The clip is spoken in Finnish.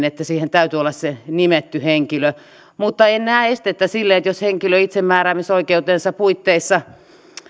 että siihen täytyy olla se nimetty henkilö mutta en näe estettä sille jos henkilö itsemääräämisoikeutensa puitteissa